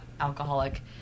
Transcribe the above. alcoholic